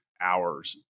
hours